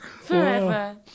Forever